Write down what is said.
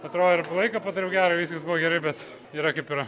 atrodo ir laiką padariau gerą viskas buvo gerai bet yra kaip yra